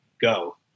go